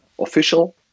official